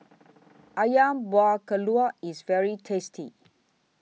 Ayam Buah Keluak IS very tasty